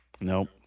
Nope